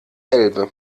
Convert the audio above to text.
elbe